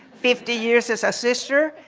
fifty years as a sister,